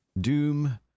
Doom